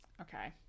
Okay